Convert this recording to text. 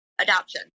adoption